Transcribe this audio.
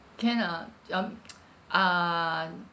can ah um err